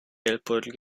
geldbeutel